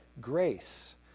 grace